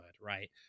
right